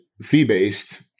fee-based